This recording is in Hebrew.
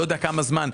לא יודע כמה זמן,